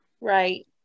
Right